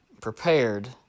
prepared